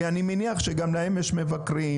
כי אני מניח שגם להם יש מבקרים,